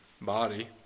body